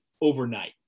overnight